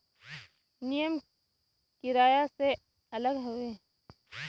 नियम किराया से अलग हउवे